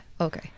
okay